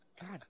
God